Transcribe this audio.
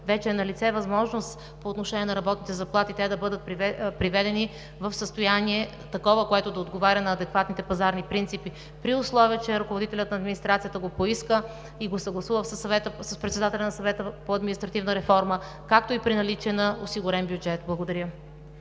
вече е налице възможност по отношение на работните заплати те да бъдат приведени в състояние такова, което да отговаря на адекватните пазарни принципи, при условие че ръководителят на администрацията го поиска и го съгласува с председателя на Съвета по административна реформа, както и при наличие на осигурен бюджет. Благодаря.